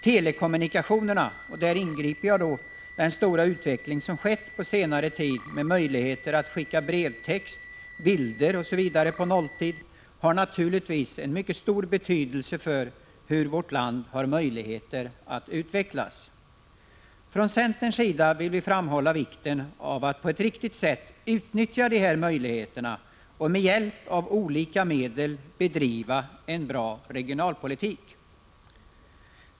Telekommunikationerna, och däri inbegriper jag då den stora utveckling som skett på senare tid med möjligheter att skicka brevtext, bilder m.m. på nolltid, har naturligtvis mycket stor betydelse för hur vårt land kan komma att utvecklas. Från centerns sida vill vi framhålla vikten av att på ett riktigt sätt utnyttja dessa möjligheter att med hjälp av olika medel bedriva en bra regionalpoli tik.